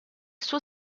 suo